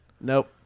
Nope